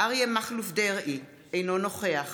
אריה מכלוף דרעי, אינו נוכח